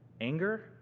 Anger